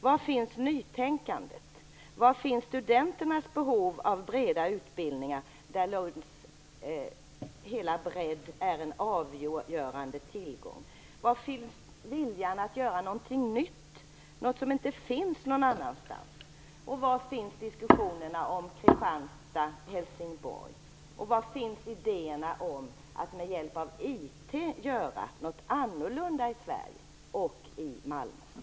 Var finns nytänkandet? Var finns studenternas behov av breda utbildningar när Lunds stora bredd utgör en avgörande tillgång? Var finns viljan att göra någonting nytt, någonting som inte finns någon annanstans? Var finns diskussionerna om Kristianstad och Helsingborg? Var finns idéerna om att med hjälp av IT göra något annorlunda i Sverige och i Malmö?